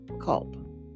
Culp